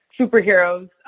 superheroes